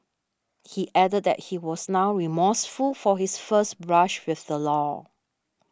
he added that he was now remorseful for his first brush with the law